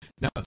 Now